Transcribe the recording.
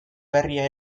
berria